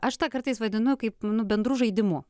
aš tą kartais vadinu kaip nu bendru žaidimu